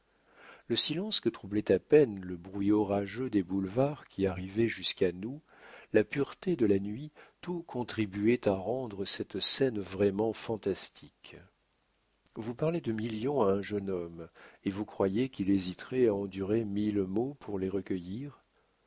le silence que troublait à peine le bruit orageux des boulevards qui arrivait jusqu'à nous la pureté de la nuit tout contribuait à rendre cette scène vraiment fantastique vous parlez de millions à un jeune homme et vous croyez qu'il hésiterait à endurer mille maux pour les recueillir